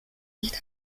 nicht